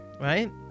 Right